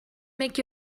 make